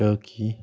turkey